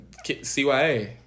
CYA